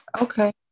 Okay